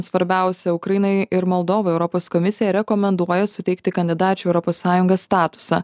svarbiausia ukrainai ir moldovai europos komisija rekomenduoja suteikti kandidačių europos sąjungą statusą